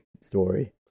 story